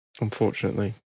unfortunately